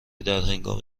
درهنگام